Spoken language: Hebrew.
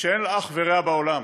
שאין לה אח ורע בעולם.